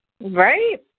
Right